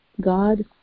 God